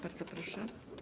Bardzo proszę.